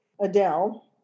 Adele